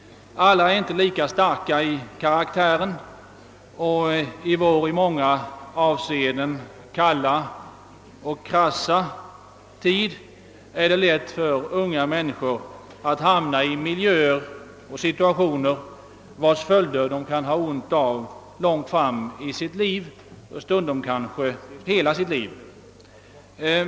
Alla är inte lika starka i karaktären, och i vår i många avseenden krassa och kalla tid är det lätt för unga människor att hamna i miljöer och situationer, vilkas följder de kan ha ont av långt fram i sitt liv.